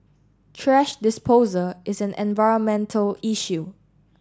thrash disposal is an environmental issue